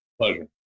Pleasure